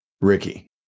Ricky